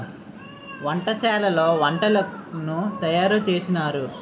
వంటశాలలో వంటలను తయారు చేసినారు